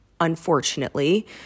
unfortunately